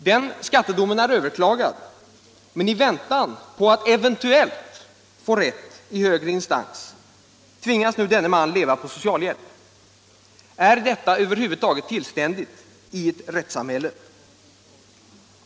Den skattedomen är överklagad, men i väntan på att eventuellt få rätt i högre instans tvingas nu denne man leva på socialhjälp. Är detta över huvud taget tillständigt i ett rättssamhälle?